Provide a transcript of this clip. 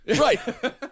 right